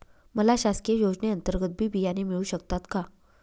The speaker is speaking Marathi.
मला शासकीय योजने अंतर्गत बी बियाणे मिळू शकतात का?